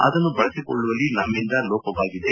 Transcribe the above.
ಅದನ್ನು ಬಳಸಿಕೊಳ್ಳುವಲ್ಲಿ ನಮ್ಮಿಂದ ಲೋಪವಾಗಿದೆ